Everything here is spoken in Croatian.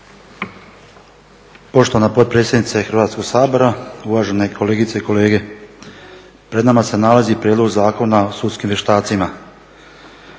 Poštovana potpredsjednice Hrvatskog sabora, uvažene kolegice i kolege. Pred nama se nalazi Prijedlog zakona o sudskim vještacima.